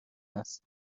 است